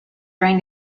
during